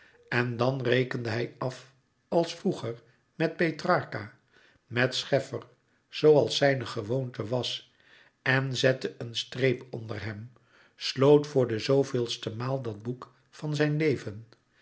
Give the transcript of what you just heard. en dan rekende hij af als vroeger met petrarca met scheffer zooals zijne gewoonte was en zette als een streep onder hem sloot voor de zooveelste maal dat boek van zijn leven